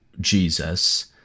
Jesus